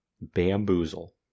bamboozle